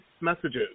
messages